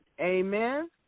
Amen